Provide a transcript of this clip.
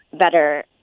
better